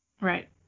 Right